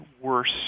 worse